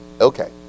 Okay